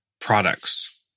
products